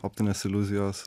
optinės iliuzijos